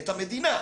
את המדינה,